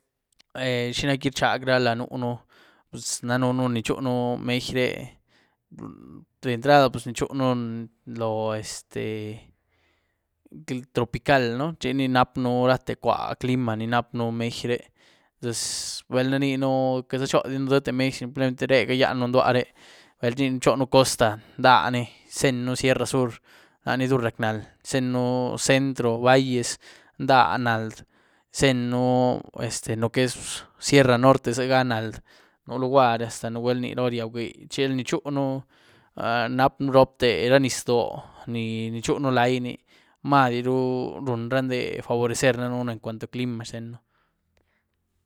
¿xina gí rchag lad nuënu? Puz danënú ni chunú mejy re, de entrada puz ni chunú loóh este tropical ¿no?, ni nap'ën rate cwua clima ni nap'ën mejy re, puz balna inyieën chodizën dyíéte mejy, simplemente re cagyianën ndua re, bal rnyié chon costa, ndáh ni, tenyën sierra sur laní dur rac' náhl, tenyën centro valles, ndáh náhl, zenyën este lo que es sierra norte ziega nálh, nú luguary hasta nugwel rníraba ryiab giíei, che al ni chunú nap'ën ropte nizdoóh ni-ni chunú laini madiru run ra ndé ofrecer danën en cuando tïé clima xteën.